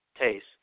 taste